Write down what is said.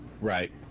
Right